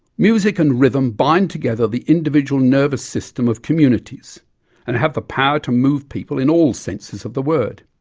music and rhythm bind together the individual nervous system of communities and have the power to move people in all senses of the word.